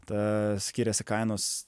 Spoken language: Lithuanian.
ta skiriasi kainos